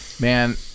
man